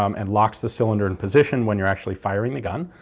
um and locks the cylinder in position when you're actually firing the gun,